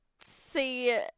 see